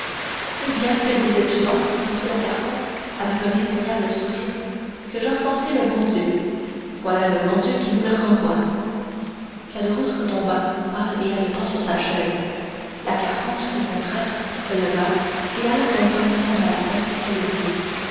eh bien que disais-tu donc reprit la carconte avec un effroyable sourire que j'offensais le bon dieu voilà le bon dieu qui nous le renvoie caderousse retomba pâle et haletant sur sa chaise la carconte au contraire se leva et alla d'un pas ferme à la porte qu'elle ouvrit